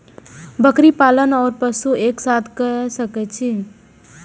बकरी पालन ओर पशु एक साथ कई सके छी?